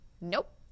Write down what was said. Nope